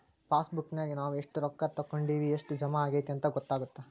ಪಾಸಬುಕ್ನ್ಯಾಗ ನಾವ ಎಷ್ಟ ರೊಕ್ಕಾ ತೊಕ್ಕೊಂಡಿವಿ ಎಷ್ಟ್ ಜಮಾ ಆಗೈತಿ ಅಂತ ಗೊತ್ತಾಗತ್ತ